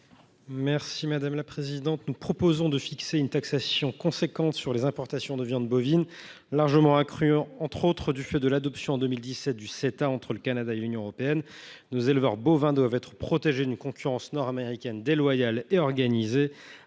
Christopher Szczurek. Nous proposons de fixer une taxation importante sur les importations de viande bovine, largement accrues du fait, entre autres choses, de l’adoption en 2017 du Ceta entre le Canada et l’Union européenne. Nos éleveurs bovins doivent être protégés d’une concurrence nord américaine déloyale et organisée,